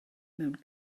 mewn